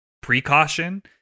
precaution